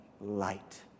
light